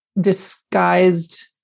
disguised